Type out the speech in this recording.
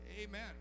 Amen